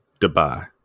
Dubai